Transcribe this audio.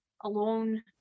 alone